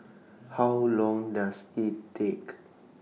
How Long Does IT